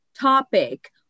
topic